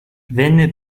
venne